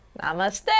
Namaste